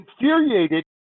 infuriated